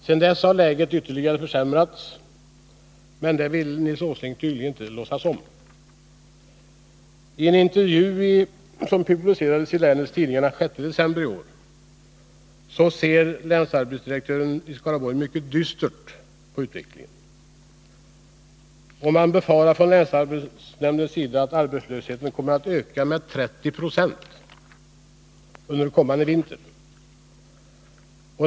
Sedan dess har läget ytterligare försämrats, men det vill Nils Åsling tydligen inte låtsas om. I en intervju som publicerades i länets tidningar den 6 december i år ser länsarbetsdirektören i Skaraborg mycket dystert på utvecklingen. Länsarbetsnämnden befarar att arbetslösheten kommer att öka med 30 96 under kommande vinter.